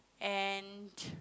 and